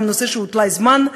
הוא גם נושא שהוא תלוי זמן,